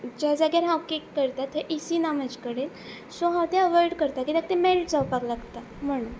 ज्या जाग्यार हांव केक करता थंय ए सी ना म्हजे कडेन सो हांव तें अवोयड करता कित्याक ते मेल्ट जावपाक लागता म्हणून